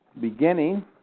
beginning